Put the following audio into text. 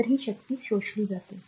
तर ही शक्ती शोषली जाते